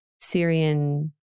Syrian